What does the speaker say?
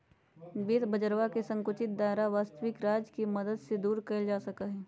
वित्त बाजरवा के संकुचित दायरा वस्तबिक राज्य के मदद से दूर कइल जा सका हई